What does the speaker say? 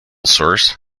source